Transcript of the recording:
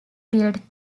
built